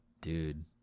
dude